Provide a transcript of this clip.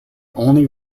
only